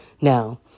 Now